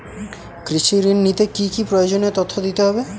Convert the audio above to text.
কৃষি ঋণ নিতে কি কি প্রয়োজনীয় তথ্য দিতে হবে?